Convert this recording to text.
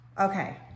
Okay